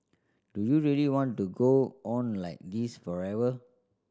do you really want to go on like this forever